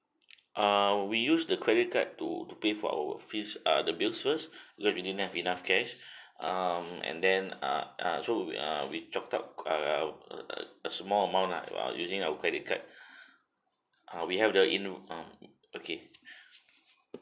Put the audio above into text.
err we use the credit card to to pay for our fees uh the bills first because we don't have enough cash um and then uh uh so uh we err a a small amount ah using our credit card uh we have our in um okay